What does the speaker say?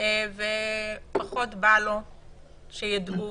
ופחות בא לו שידעו.